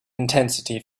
intensity